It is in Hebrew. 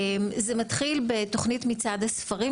זה מתחיל בתוכנית "מצעד הספרים",